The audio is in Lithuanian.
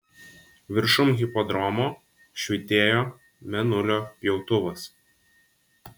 viršum hipodromo švytėjo mėnulio pjautuvas